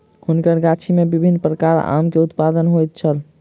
हुनकर गाछी में विभिन्न प्रकारक आम के उत्पादन होइत छल